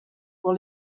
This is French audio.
pour